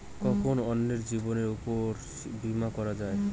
কখন অন্যের জীবনের উপর বীমা করা যায়?